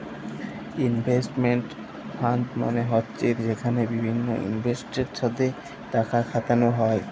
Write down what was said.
investment fund মালে হছে যেখালে বিভিল্ল ইলভেস্টরদের সাথে টাকা খাটালো হ্যয়